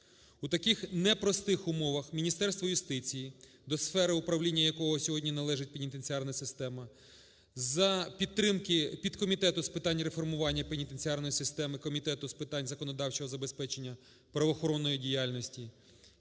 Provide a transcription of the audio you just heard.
У таких непростих умова Міністерство юстиції, до сфери управління якого сьогодні належить пенітенціарна система, за підтримки підкомітету з питань реформування пенітенціарної системи Комітету з питань законодавчого забезпечення правоохоронної діяльності